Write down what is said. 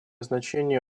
значение